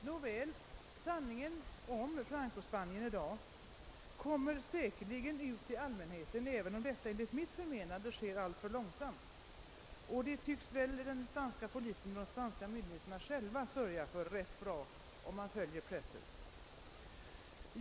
Nåväl, sanningen om förhållandena i Francospanien kommer säkerligen ut till allmänheten, även om det enligt mitt förmenande går alltför långsamt. Den spanska polisen och de spanska myndigheterna i övrigt tycks själva ganska väl sörja för att den som följer pressen blir underrättad om förhållandena.